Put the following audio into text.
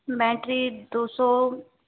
battery दो सौ